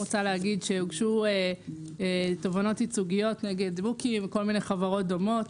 הוגשו תובענות ייצוגיות נגד בוקינג וכל מיני חברות דומות